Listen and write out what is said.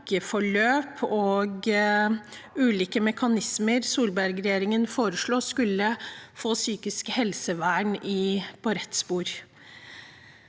pakkeforløp og ulike mekanismer Solberg-regjeringen foreslo, skulle få psykisk helsevern på rett spor.